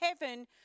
heaven